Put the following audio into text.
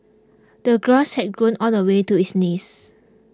the grass had grown all the way to his knees